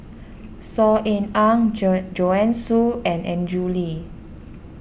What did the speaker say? Saw Ean Ang Joan Joanne Soo and Andrew Lee